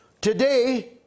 Today